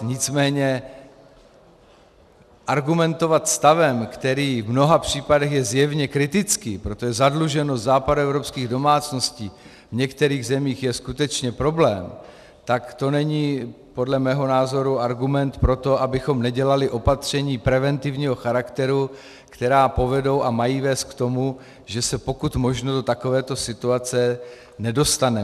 Nicméně argumentovat stavem, který v mnoha případech je zjevně kritický, protože zadluženost západoevropských domácností v některých zemích je skutečně problém, tak to není podle mého názoru argument pro to, abychom nedělali opatření preventivního charakteru, která povedou a mají vést k tomu, že se pokud možno do takovéto situace nedostaneme.